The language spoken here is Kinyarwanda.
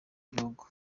gihugu